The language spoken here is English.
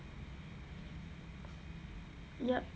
yeap